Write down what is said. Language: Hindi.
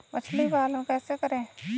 मछली पालन कैसे करें?